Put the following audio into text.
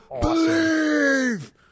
believe